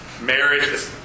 marriage